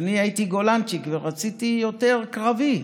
ואני הייתי גולנצ'יק ורציתי יותר קרבי,